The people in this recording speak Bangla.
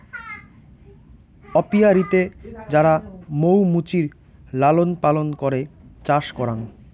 অপিয়ারীতে যারা মৌ মুচির লালন পালন করে চাষ করাং